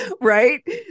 right